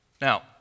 Now